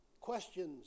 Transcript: Questions